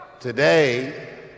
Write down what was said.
today